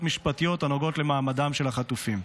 המשפטיות הנוגעות למעמדם של החטופים.